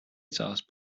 sauce